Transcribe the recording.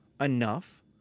enough